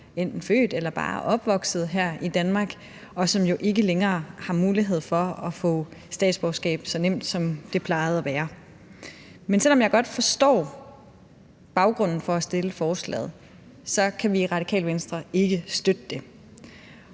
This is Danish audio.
enten født eller bare opvokset her i Danmark, og for hvem det ikke længere er lige så nemt at få statsborgerskab, som det plejede at være. Men selv om jeg godt forstår baggrunden for at fremsætte forslaget, kan vi i Radikale Venstre ikke støtte det.